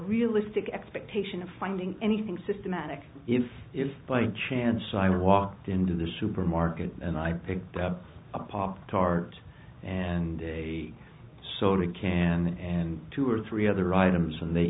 realistic expectation of finding anything systematic if if by chance i walked into the supermarket and i picked up a pop tart and a soda can and two or three other items and they